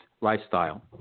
lifestyle